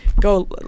go